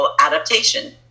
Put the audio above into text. adaptation